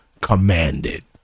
commanded